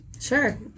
Sure